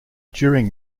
during